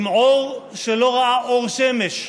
עם עור שלא ראה אור שמש,